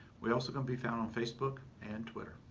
we also can be found on facebook and twitter.